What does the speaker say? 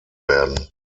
werden